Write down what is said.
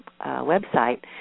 website